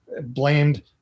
blamed